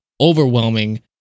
overwhelming